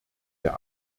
der